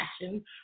passion